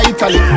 Italy